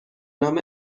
نام